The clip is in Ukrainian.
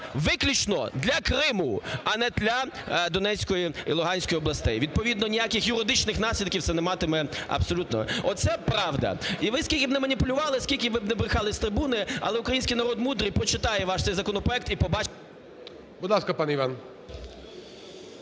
виключно для Криму, а не для Донецької і Луганської областей. Відповідно ніяких юридичних наслідків це не матиме абсолютно. Оце правда! І ви, скільки б не маніпулювали, скільки ви б не брехали з трибуни, але український народ мудрий, прочитає ваш цей законопроект і побачить… ГОЛОВУЮЧИЙ. Будь ласка, пане Іван.